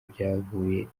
byavuye